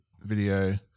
video